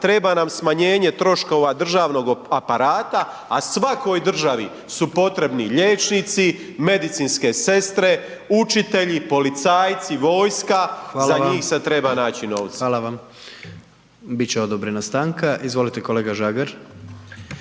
treba nam smanjenje troškova državnog aparata a svakoj državi su potrebni liječnici, medicinske sestre, učitelji, policajci, vojska, za njih se treba naći novca. **Jandroković, Gordan (HDZ)** Hvala vam, biti će odobrena stanka. Izvolite kolega Žagar.